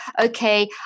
okay